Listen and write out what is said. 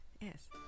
Yes